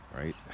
Right